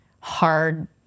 hard